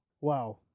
wow